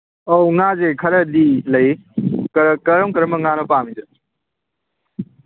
ꯑꯧ ꯉꯥꯁꯦ ꯈꯔꯗꯤ ꯂꯩ ꯀꯔꯝ ꯀꯔꯝꯕ ꯉꯥꯅꯣ ꯄꯥꯝꯃꯤꯁꯦ